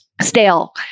stale